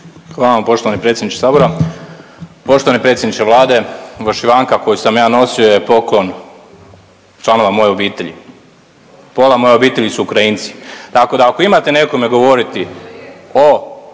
Hvala vam poštovani predsjedniče sabora. Poštovani predsjedniče Vlade, …/Govornik se ne razumije./… je poklon članova moje obitelji. Pola moje obitelji su Ukrajinci. Tako da imate nekome govoriti o